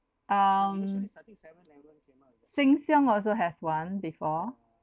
um sheng siong also has one before